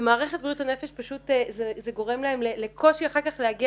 ומערכת בריאות הנפש פשוט זה גורם להם אחר כך לקושי להגיע